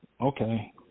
Okay